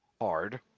Hard